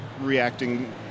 reacting